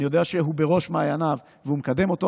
אני יודע שהוא בראש מעייניו והוא מקדם אותו,